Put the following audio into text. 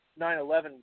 9-11